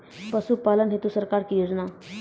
पशुपालन हेतु सरकार की योजना?